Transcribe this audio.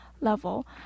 level